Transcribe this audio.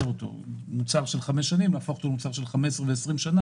אותו כך שנהפוך אותו ממוצר של חמש שנים למוצר של 15 ו-20 שנה.